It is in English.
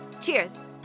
Cheers